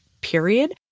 period